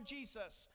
Jesus